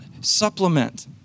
supplement